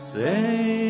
Say